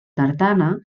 tartana